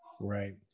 right